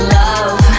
love